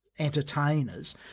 entertainers